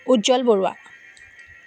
Ujjwal Barua